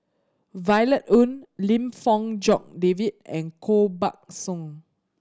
Violet Oon Lim Fong Jock David and Koh Buck Song